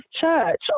church